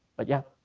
but yeah.